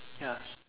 ya